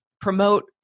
promote